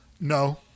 No